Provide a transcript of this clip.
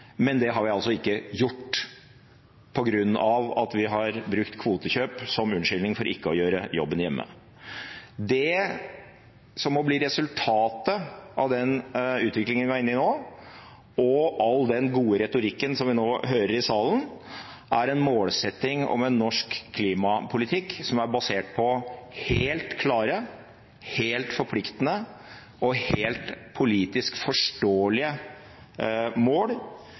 Men det har vi altså ikke gjort, på grunn av at vi har brukt kvotekjøp som unnskyldning for ikke å gjøre jobben hjemme. Det som må bli resultatet av den utviklingen vi er inne i nå og all den gode retorikken som vi nå hører i salen, er en målsetting om en norsk klimapolitikk som er basert på helt klare, helt forpliktende og helt politisk forståelige mål